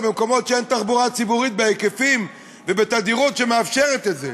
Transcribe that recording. במקומות שאין בהם תחבורה ציבורית בהיקפים ובתדירות שמאפשרים את זה.